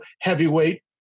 heavyweight